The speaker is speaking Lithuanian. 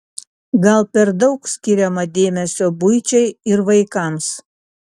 gal per daug skiriama dėmesio buičiai ir vaikams